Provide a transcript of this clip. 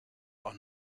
are